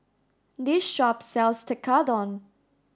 this shop sells Tekkadon